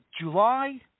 July